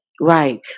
Right